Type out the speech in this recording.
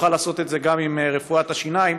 הוא יוכל לעשות את זה גם עם רפואת השיניים,